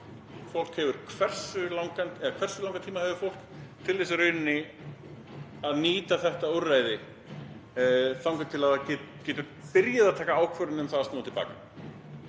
uppkaup. Hversu langan tíma hefur fólk til þess í rauninni að nýta þetta úrræði þangað til það getur byrjað að taka ákvörðun um að snúa til baka?